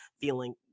feeling